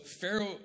Pharaoh